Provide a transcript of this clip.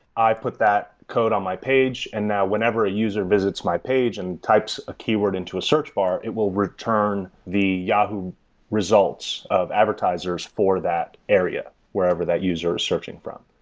i put that code on my page and now whenever a user visits my page and types a keyword into a search bar, it will return the yahoo results of advertisers for that area, wherever that user is searching from.